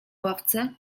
ławce